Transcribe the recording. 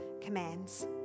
commands